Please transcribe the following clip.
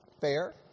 Fair